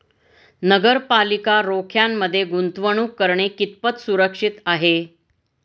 नगरपालिका रोख्यांमध्ये गुंतवणूक करणे कितपत सुरक्षित आहे?